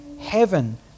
Heaven